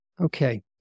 Okay